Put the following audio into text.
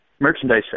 merchandise